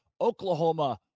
Oklahoma